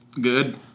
Good